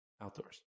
outdoors